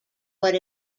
what